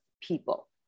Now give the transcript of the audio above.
people